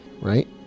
right